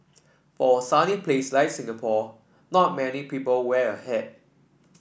for a sunny place like Singapore not many people wear a hat